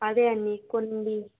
అదే అండి కొన్ని